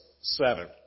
seven